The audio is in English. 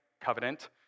covenant